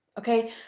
Okay